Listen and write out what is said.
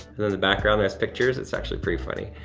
and in the background, there's pictures. it's actually pretty funny.